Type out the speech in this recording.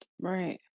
Right